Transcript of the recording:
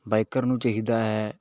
biker ਨੂੰ ਚਾਹੀਦਾ ਹੈ